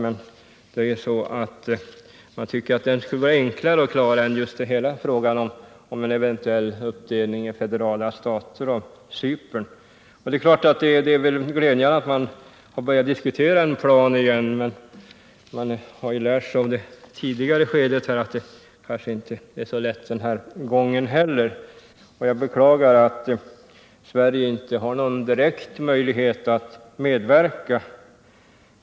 Ändå tycker man att den skulle vara enklare att klara än hela frågan om en eventuell uppdelning av Cypern inom en federal stat. Det är glädjande att man har börjat diskutera en plan igen. Men man har ju lärt sig av det tidigare skedet att det kanske inte blir så lätt den här gången heller. Jag beklagar att Sverige inte har någon direkt möjlighet att medverka.